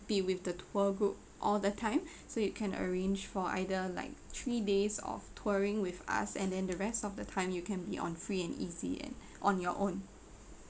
be with the tour group all the time so you can arrange for either like three days of touring with us and then the rest of the time you can be on free and easy and on your own